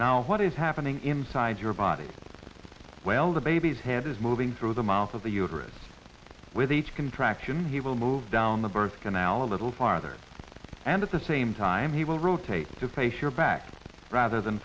now what is happening inside your body well the baby's head is moving through the mouth of the uterus with each contraction he will move down the birth canal a little farther and at the same time he will rotate to face your back rather than